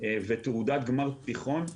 ותעודת גמר תיכון,